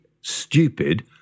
stupid